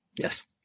Yes